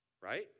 Right